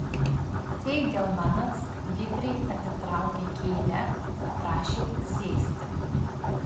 feigelmanas vikriai atitraukė kėdę paprašė sėsti